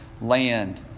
land